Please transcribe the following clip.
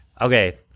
Okay